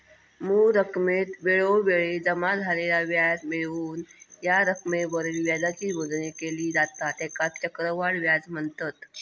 मूळ रकमेत वेळोवेळी जमा झालेला व्याज मिळवून या रकमेवरील व्याजाची मोजणी केली जाता त्येकाच चक्रवाढ व्याज म्हनतत